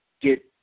get